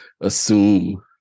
assume